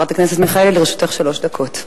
חברת הכנסת מיכאלי, לרשותך שלוש דקות.